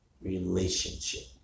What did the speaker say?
relationship